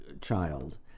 child